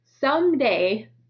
Someday